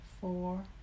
four